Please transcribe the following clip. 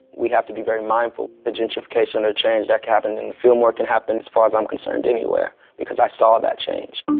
we have to be very mindful. the gentrification and change that happened in the fillmore can happen, as far as i'm concerned, anywhere because i saw that change